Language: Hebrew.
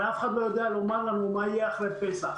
הרי אף אחד לא יודע לומר לנו מה יהיה אחרי פסח.